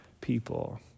people